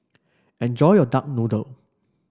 enjoy your Duck Noodle